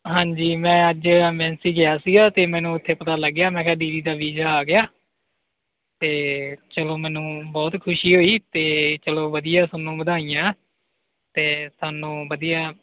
ਹਾਂਜੀ ਮੈਂ ਅੱਜ ਅਬੈਂਸੀ ਗਿਆ ਸੀਗਾ ਅਤੇ ਮੈਨੂੰ ਉੱਥੇ ਪਤਾ ਲੱਗ ਗਿਆ ਮੈਂ ਕਿਹਾ ਦੀਦੀ ਦਾ ਵੀਜ਼ਾ ਆ ਗਿਆ ਤਾਂ ਚਲੋ ਮੈਨੂੰ ਬਹੁਤ ਖੁਸ਼ੀ ਹੋਈ ਤਾਂ ਚਲੋ ਵਧੀਆ ਤੁਹਾਨੂੰ ਵਧਾਈਆਂ ਅਤੇ ਤੁਹਾਨੂੰ ਵਧੀਆ